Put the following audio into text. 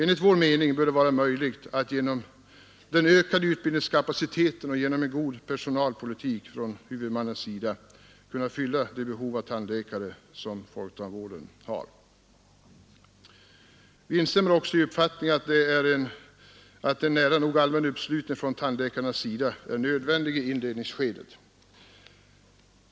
Enligt vår mening bör det vara möjligt att genom den ökade utbildningskapaciteten och genom en god personalpolitik från huvudmannens sida fylla de behov av tandläkare som folktandvården har. Vi instämmer också i uppfattningen att en nära nog allmän uppslutning från tandläkarnas sida är nödvändig i inledningsskedet.